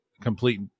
complete